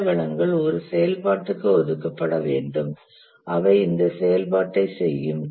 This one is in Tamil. சில வளங்கள் ஒரு செயல்பாட்டுக்கு ஒதுக்கப்பட வேண்டும் அவை இந்தச் செயல்பாட்டைச் செய்யும்